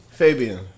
Fabian